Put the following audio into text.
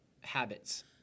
habits